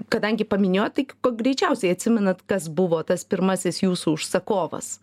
kadangi paminėjot tai ko greičiausiai atsimenat kas buvo tas pirmasis jūsų užsakovas